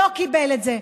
לא קיבל את זה.